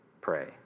pray